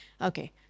Okay